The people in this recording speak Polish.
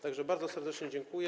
Tak że bardzo serdecznie dziękuję.